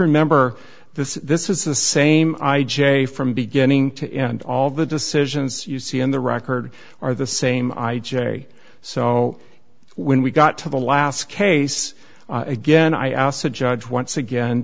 remember this this is the same i j from beginning to end all the decisions you see in the record are the same i j so when we got to the last case again i asked the judge once again